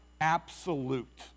absolute